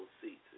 seats